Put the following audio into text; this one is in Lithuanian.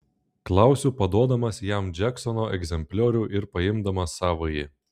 klausiu paduodamas jam džeksono egzempliorių ir paimdamas savąjį